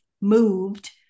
moved